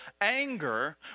anger